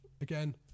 Again